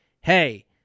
hey